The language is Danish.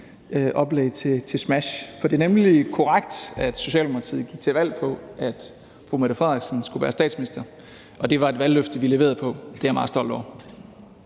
oplæg til smash. For det er nemlig korrekt, at Socialdemokratiet gik til valg på, at fru Mette Frederiksen skulle være statsminister, og det var et valgløfte, vi leverede på. Det er jeg meget stolt over.